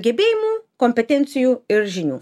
gebėjimų kompetencijų ir žinių